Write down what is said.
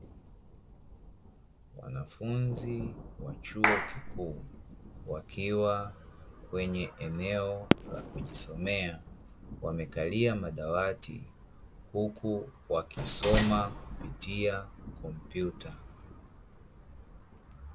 Wanafunzi wa chuo kikuu, wakiwa kwenye eneo la kujisome wamekalia madawati, huku wakisoma kupitia kompyuta.